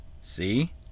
See